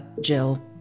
Jill